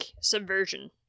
subversion